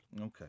Okay